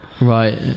right